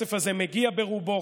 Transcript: הכסף הזה מגיע ברובו,